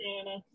anna